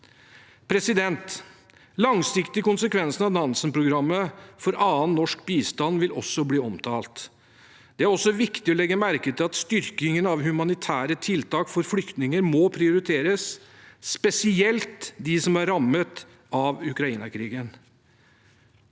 Den langsiktige konsekvensen av Nansen-programmet for annen norsk bistand vil også bli omtalt. Det er viktig å legge merke til at styrkingen av humanitære tiltak for flyktninger må prioriteres, spesielt de som er rammet av Ukraina-krigen.